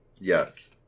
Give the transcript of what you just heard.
Yes